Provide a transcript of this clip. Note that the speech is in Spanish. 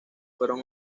fueron